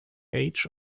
age